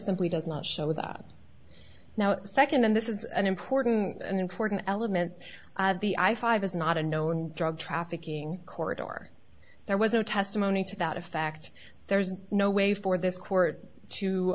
simply does not show that now second and this is an important and important element of the i five is not a known drug trafficking corridor there was no testimony to that effect there's no way for this court to